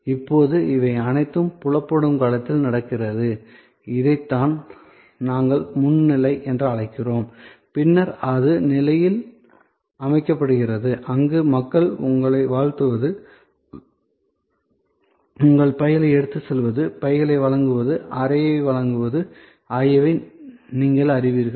இப்போது இவை அனைத்தும் புலப்படும் களத்தில் நடக்கிறது இதைத்தான் நாங்கள் முன் நிலை என்று அழைக்கிறோம் பின்னர் அது நிலையில் அமைக்கப்படுகிறது அங்கு மக்கள் உங்களை வாழ்த்துவது உங்கள் பைகளை எடுத்துச் செல்வது பைகளை வழங்குவது அறையை வழங்குவது ஆகியவற்றை நீங்கள் அறிவீர்கள்